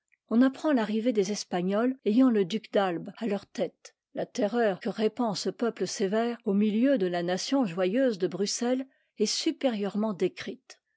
on apprend l'arrivée des espagnols ayant le duc d'atbe à leur tête la terreur que répand ce peuple sévère au milieu de la nation joyeuse de bruxelles est supérieurement décrite